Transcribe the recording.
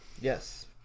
Yes